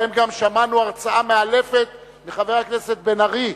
שבהם גם שמענו הרצאה מאלפת מחבר הכנסת בן-ארי,